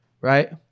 right